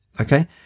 Okay